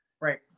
right